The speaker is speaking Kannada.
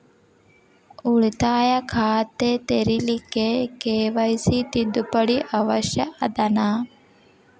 ಉಳಿತಾಯ ಖಾತೆ ತೆರಿಲಿಕ್ಕೆ ಕೆ.ವೈ.ಸಿ ತಿದ್ದುಪಡಿ ಅವಶ್ಯ ಅದನಾ?